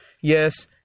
yes